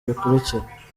bikurikira